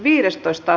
asia